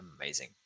amazing